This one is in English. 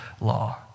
law